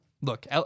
look